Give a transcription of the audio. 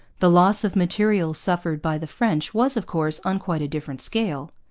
the loss of material suffered by the french was, of course, on quite a different scale.